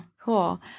Cool